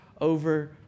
over